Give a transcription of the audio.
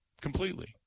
completely